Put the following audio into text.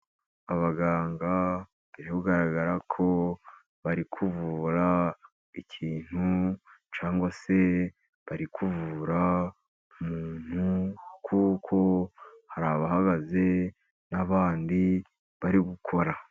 Abaganga biri kugaragara ko bari kuvura ikintu cyangwa se bari kuvura umuntu, kuko hari abahagaze n'abandi bari gukora.